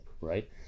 right